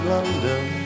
London